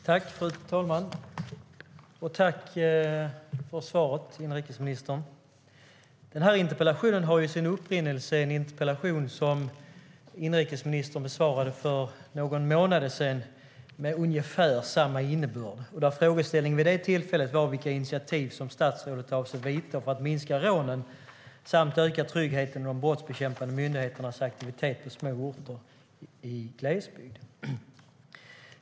Fru talman! Tack, inrikesministern, för svaret! Den här interpellationen har sin upprinnelse i en interpellation som inrikesministern besvarade för några månader sedan, med ungefär samma innebörd. Frågeställningen gällde vid det tillfället vilka initiativ statsrådet avsåg att vidta för att minska rånen och öka tryggheten i de brottsbekämpande myndigheternas aktivitet på små orter i glesbygd.